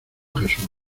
jesús